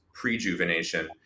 prejuvenation